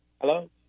Hello